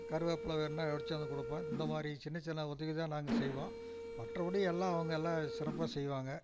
கருவேப்பிலை வேணுனால் உடச்சி வந்து கொடுப்போம் இந்த மாதிரி சின்ன சின்ன உதவி தான் நாங்கள் செய்வோம் மற்றபடி எல்லாம் அவங்க எல்லாம் சிறப்பாக செய்வாங்க